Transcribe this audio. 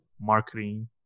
marketing